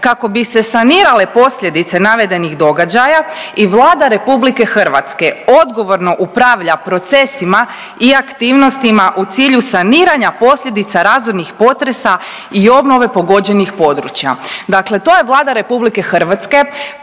kako bi se sanirale posljedice navedenih događaja i Vlada RH odgovorno upravlja procesima i aktivnostima u cilju saniranja posljedica razornih potresa i obnove pogođenih područja. Dakle to je Vlada RH predvođena